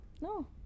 No